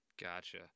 Gotcha